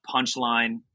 punchline